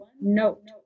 note